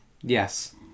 yes